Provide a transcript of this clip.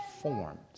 formed